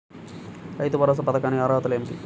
రైతు భరోసా పథకానికి అర్హతలు ఏమిటీ?